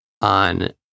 on